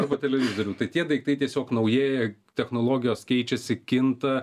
arba televizorių tai tie daiktai tiesiog naujėja technologijos keičiasi kinta